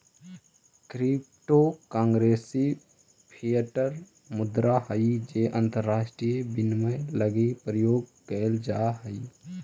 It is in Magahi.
क्रिप्टो करेंसी फिएट मुद्रा हइ जे अंतरराष्ट्रीय विनिमय लगी प्रयोग कैल जा हइ